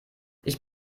ich